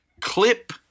clip